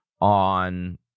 on